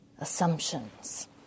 Assumptions